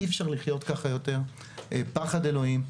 אי-אפשר לחיות ככה יותר, פחד אלוהים.